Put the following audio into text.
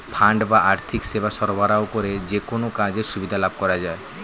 fund বা আর্থিক সেবা সরবরাহ করে যেকোনো কাজের সুবিধা লাভ করা যায়